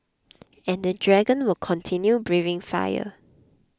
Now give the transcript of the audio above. and the dragon will continue breathing fire